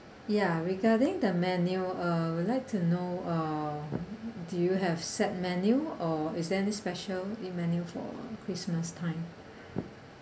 ya regarding the menu uh would like to know um do you have set menu or is there any special menu for christmas time